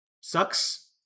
sucks